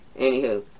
Anywho